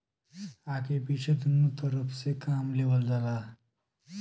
आगे पीछे दुन्नु तरफ से काम लेवल जाला